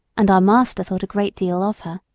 and our master thought a great deal of her.